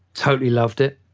totally loved it,